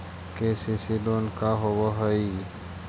KCC loan का होब हइ?